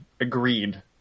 agreed